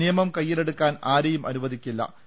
നിയമം കൈ യ്യിലെടുക്കാൻ ആരെയും അനുവദിക്കില്ലു